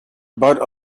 about